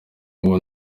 ubu